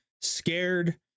scared